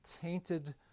tainted